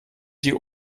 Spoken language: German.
die